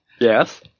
yes